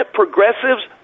progressives